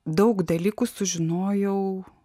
daug dalykų sužinojau